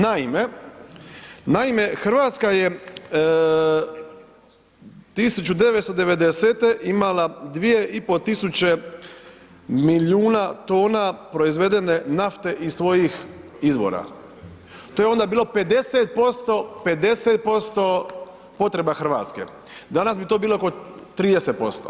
Naime, Hrvatska je 1990. imala 2.500 milijuna tona proizvedene nafte iz svojih izvora, to je onda bilo 50% potreba Hrvatske, danas bi to bilo oko 30%